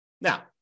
Now